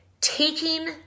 Taking